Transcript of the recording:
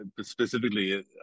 specifically